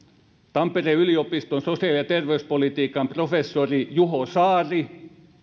tampereen yliopiston sosiaali ja terveyspolitiikan professori juho saari